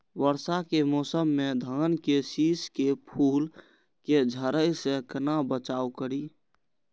वर्षा के मौसम में धान के शिश के फुल के झड़े से केना बचाव करी?